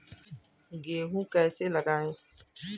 गेहूँ कैसे लगाएँ?